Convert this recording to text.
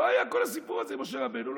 לא היה כל הסיפור הזה עם משה רבנו.